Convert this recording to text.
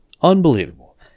Unbelievable